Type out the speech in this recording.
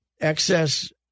excess